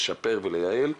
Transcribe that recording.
לשפר ולייעל,